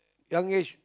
young age